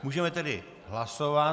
Můžeme tedy hlasovat.